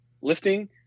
lifting